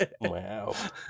Wow